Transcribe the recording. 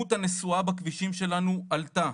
כמות הנסיעה בכבישים שלנו עלתה,